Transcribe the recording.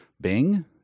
Bing